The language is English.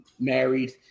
married